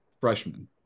freshman